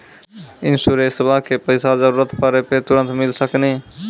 इंश्योरेंसबा के पैसा जरूरत पड़े पे तुरंत मिल सकनी?